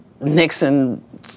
Nixon